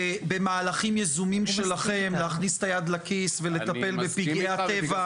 במהלכים יזומים שלכם להכניס את היד לכיס ולטפל בפגעי הטבע.